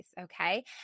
okay